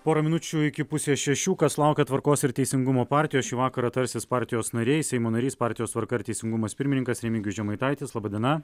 pora minučių iki pusės šešių kas laukia tvarkos ir teisingumo partijos šį vakarą tarsis partijos nariai seimo narys partijos tvarka ir teisingumas pirmininkas remigijus žemaitaitis laba diena